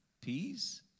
Peace